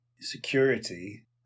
security